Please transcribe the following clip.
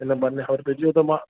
इन परने रहजी वियुमि त मां